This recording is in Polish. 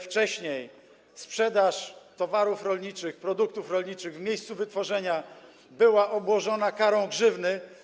Wcześniej sprzedaż towarów rolniczych, produktów rolniczych w miejscu wytworzenia była obłożona karą grzywny.